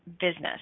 business